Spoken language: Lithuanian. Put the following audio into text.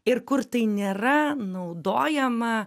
ir kur tai nėra naudojama